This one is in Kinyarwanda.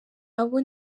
abo